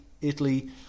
Italy